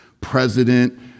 president